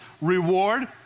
reward